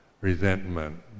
resentment